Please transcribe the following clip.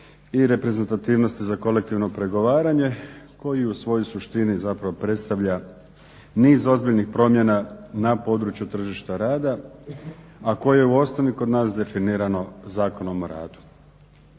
i reprezentativnosti za kolektivno pregovaranje koji u svojoj suštini zapravo predstavlja niz ozbiljnih promjena na području tržišta rada, a koje je u osnovi kod nas definirano Zakonom o radu.